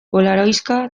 polaroiska